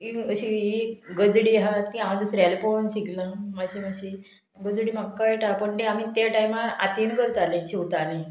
ही अशी एक गजडी आहा ती हांव दुसऱ्या पळोवन शिकलां मातशें मातशी गजडी म्हाका कळटा पूण तें आमी त्या टायमार हातीन करतालें शिवतालें